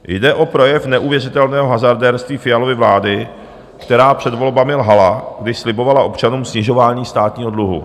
Jde o projev neuvěřitelného hazardérství Fialovy vlády, která před volbami lhala, když slibovala občanům snižování státního dluhu.